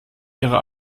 ihre